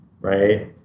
right